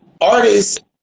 artists